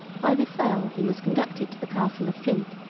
by this earl he was conducted to the castle of flint,